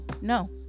no